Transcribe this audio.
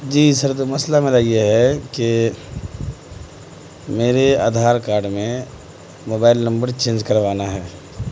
جی sir تو مسئلہ میرا یہ ہے کہ میرے آدھار کارڈ میں موبائل نمبر چینج کروانا ہے